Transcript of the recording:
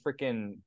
freaking